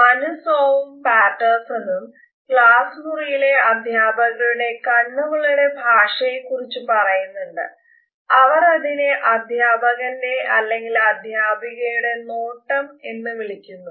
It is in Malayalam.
മനസോവും പാറ്റേഴ്സണും എന്ന് വിളിക്കുന്നു